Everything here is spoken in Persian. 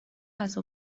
غذا